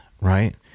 right